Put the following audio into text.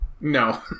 No